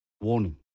Warning